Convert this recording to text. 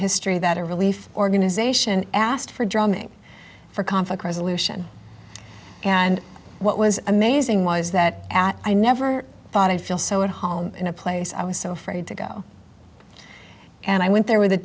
history that a relief organization asked for drumming for conflict resolution and what was amazing was that at i never thought i'd feel so at home in a place i was so afraid to go and i went there with a